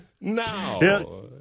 Now